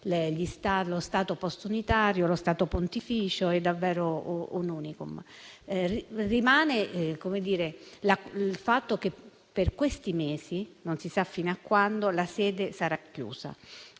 lo Stato postunitario, lo Stato Pontificio: è davvero un *unicum.* Rimane il fatto che per questi mesi, non si sa fino a quando, la sede sarà chiusa.